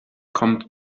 kommt